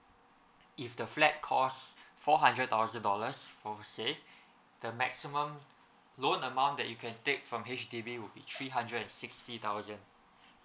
if the flat cost four hundred thousand dollars for say the maximum loan amount that you can take from H_D_B will be three hundred and sixty thousand